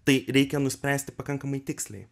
tai reikia nuspręsti pakankamai tiksliai